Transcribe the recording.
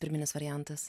pirminis variantas